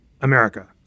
America